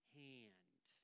hand